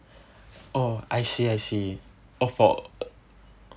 oh I see I see oh for